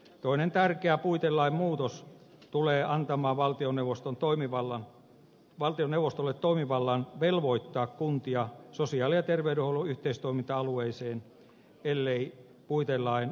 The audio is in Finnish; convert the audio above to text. toinen tärkeä puitelain muutos tulee antamaan valtioneuvostolle toimivallan velvoittaa kuntia sosiaali ja terveydenhuollon yhteistoiminta alueeseen ellei puitelain väestöpohjavaatimukset muuten täyty